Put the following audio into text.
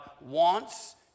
wants